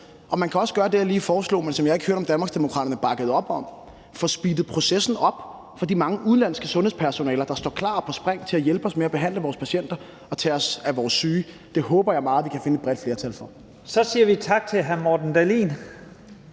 Og man kan også gøre det, som jeg lige foreslog, men som jeg ikke hørte, om Danmarksdemokraterne bakkede op om, nemlig få speedet processen op for de mange udenlandske sundhedspersonaler, der står klar og på spring til at hjælpe os med at behandle vores patienter og tage sig af vores syge. Det håber jeg meget vi kan finde et bredt flertal for. Kl. 10:55 Første næstformand